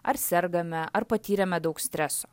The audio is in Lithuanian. ar sergame ar patyrėme daug streso